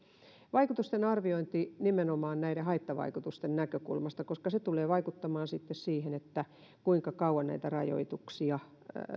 vaikutusten arviointi nimenomaan näitten haittavaikutusten näkökulmasta koska se tulee vaikuttamaan sitten siihen kuinka kauan näitä rajoituksia